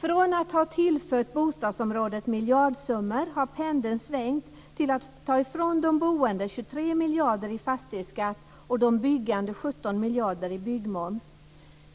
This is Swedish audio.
Tidigare har bostadsområdet tillförts miljardsummor, men nu har pendeln svängt och vi tar ifrån de boende miljarder i byggmoms.